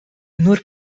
nur